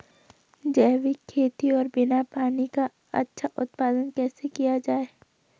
जैविक खेती और बिना पानी का अच्छा उत्पादन कैसे किया जाए?